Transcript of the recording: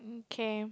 okay